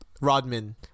rodman